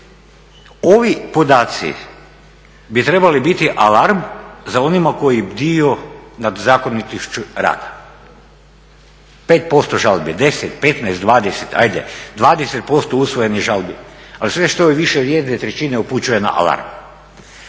Ovi podaci bi trebali biti alarm za onima koji bdiju nad zakonitošću rada. 5% žalbi, 10, 15, 20 ajde 20% usvojenih žalbi, ali sve što je više od jedne trećine upućuje na alarm.